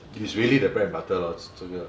it's really the bread and butter lor 这个